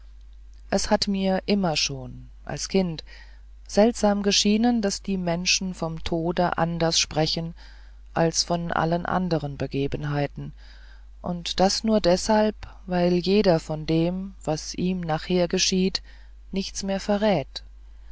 es hat mir immer schon als kind seltsam geschienen daß die menschen vom tode anders sprechen als von allen anderen begebenheiten und das nur deshalb weil jeder von dem was ihm nachher geschieht nichts mehr verrät